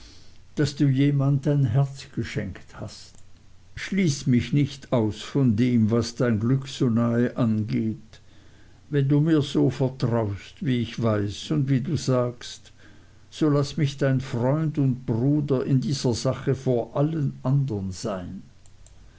daß du jemand dein herz geschenkt hast schließ mich nicht aus von dem was dein glück so nahe angeht wenn du mir so vertraust wie ich weiß und wie du sagst so laß mich dein freund und bruder in dieser sache vor allen andern sein